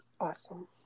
Awesome